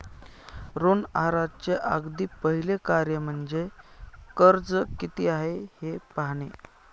ऋण आहाराचे अगदी पहिले कार्य म्हणजे कर्ज किती आहे हे पाहणे